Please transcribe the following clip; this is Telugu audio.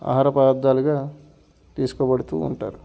ఆహార పదార్థాలుగా తీసుకోబడుతూ ఉంటారు